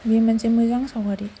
बे मोनसे मोजां सावगारि